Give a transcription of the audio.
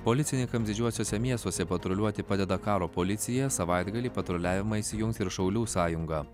policininkams didžiuosiuose miestuose patruliuoti padeda karo policija savaitgalį patruliavimą įsijungs ir šaulių sąjunga